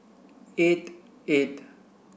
eight eight